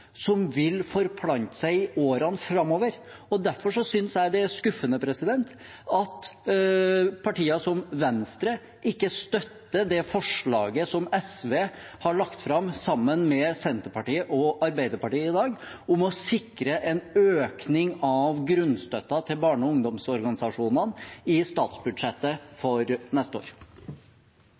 som vil forplante seg i årene framover. Derfor synes jeg det er skuffende at partier som Venstre ikke støtter det forslaget som SV har lagt fram sammen med Senterpartiet og Arbeiderpartiet i dag om å sikre en økning av grunnstøtten til barne- og ungdomsorganisasjonene i statsbudsjettet for neste år.